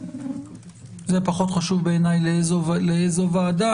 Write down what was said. זה פחות חשוב בעיניי לאיזו ועדה,